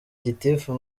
gitifu